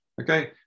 Okay